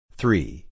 three